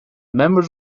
members